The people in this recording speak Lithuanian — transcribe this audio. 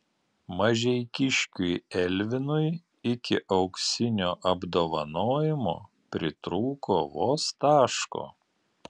mažeikiškiui elvinui iki auksinio apdovanojimo pritrūko vos taško